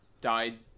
died